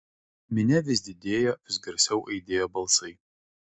minia vis didėjo vis garsiau aidėjo balsai